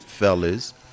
Fellas